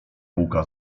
bułka